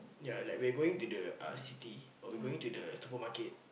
ya like we 're going to the uh city but we going to supermarket